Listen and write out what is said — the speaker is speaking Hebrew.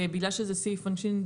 בגלל שזה סעיף עונשין,